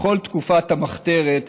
בכל תקופת המחתרת,